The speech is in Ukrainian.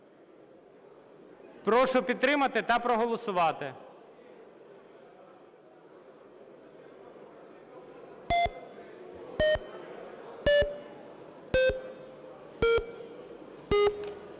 Прошу підтримати та проголосувати.